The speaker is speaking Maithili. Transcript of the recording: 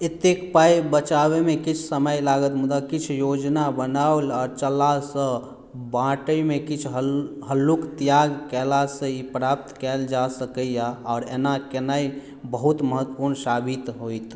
एतेक पाइ बचाबयमे किछु समय लागत मुदा किछु योजना बनाओल आ चललासँ आ बाँटयमे किछु हल्लुक त्याग कयलासँ ई प्राप्त कयल जा सकैया आ एना केनाइ बहुत महत्वपूर्ण साबित होयत